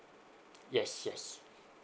yes yes